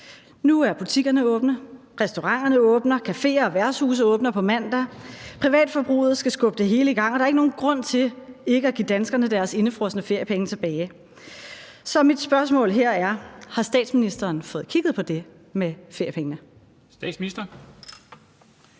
Nu er butikkerne åbne, restauranterne åbner, cafeer og værtshuse åbner på mandag. Privatforbruget skal skubbe det hele i gang, og der er ikke nogen grund til ikke at give danskerne deres indefrosne feriepenge tilbage. Så mit spørgsmål her er: Har statsministeren fået kigget på det med feriepengene?